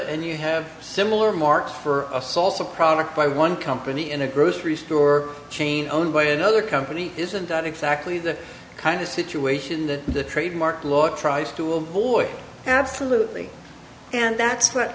and you have similar market for a salsa product by one company in a grocery store chain owned by another company isn't that exactly the kind of situation that the trademark law tries to avoid absolutely and that's what